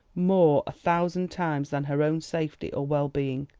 more, a thousand times, than her own safety or well-being.